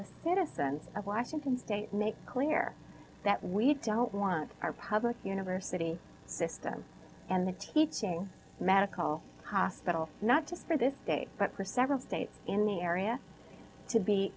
medicine of washington state make clear that we don't want our public university system and the teaching medical hospital not just for this state but for several states in the area to be